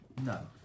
no